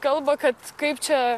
kalba kad kaip čia